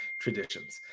traditions